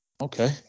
Okay